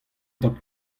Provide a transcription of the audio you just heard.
tad